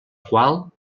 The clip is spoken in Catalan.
qual